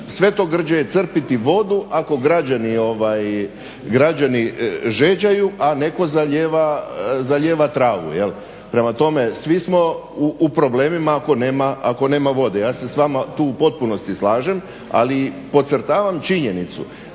svetogrđe je crpiti vodu ako građani žeđaju, a neko zalijeva travu. Prema tome, svi smo u problemima ako nema vode. Ja se s vama tu u potpunosti slažem, ali podcrtavam činjenicu